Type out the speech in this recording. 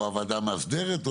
או הוועדה המאסדרת,